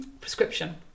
prescription